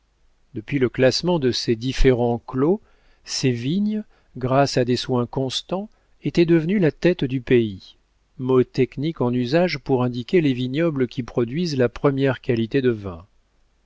depuis le classement de ses différents clos ses vignes grâce à des soins constants étaient devenues la tête du pays mot technique en usage pour indiquer les vignobles qui produisent la première qualité de vin